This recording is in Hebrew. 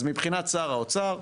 אז מבחינת שר האוצר,